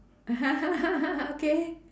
okay